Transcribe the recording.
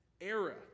era